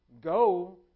Go